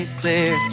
clear